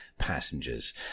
passengers